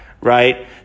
right